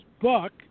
book